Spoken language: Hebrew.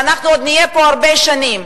ואנחנו נהיה פה עוד הרבה שנים.